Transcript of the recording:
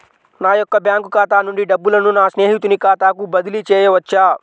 నా యొక్క బ్యాంకు ఖాతా నుండి డబ్బులను నా స్నేహితుని ఖాతాకు బదిలీ చేయవచ్చా?